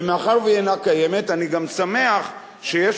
ומאחר שהיא אינה קיימת אני גם שמח שיש